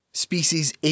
Species